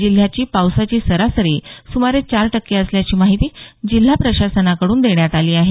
जिल्ह्याची पावसाची सरासरी सुमारे चार टक्के असल्याची माहिती जिल्हा प्रशासनाकडून देण्यात आली आहे